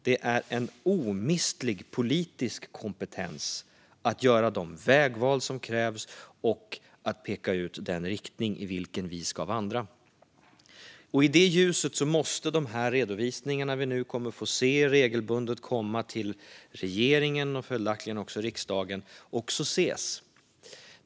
Det är en omistlig politisk kompetens att göra de vägval som krävs och peka ut den riktning i vilken vi ska vandra. Det är i det ljuset som de redovisningar vi nu regelbundet kommer att få se komma till regeringen och följaktligen också riksdagen måste ses.